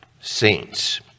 saints